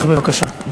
בבקשה.